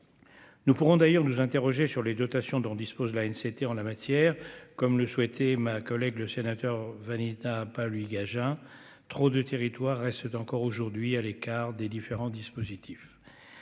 Nous pourrons d'ailleurs nous interroger sur les dotations dont dispose la une société en la matière, comme le souhaitait ma collègue, le sénateur vanitas pas lui gagent trop du territoire reste encore aujourd'hui à l'écart des différents dispositifs